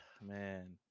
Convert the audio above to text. man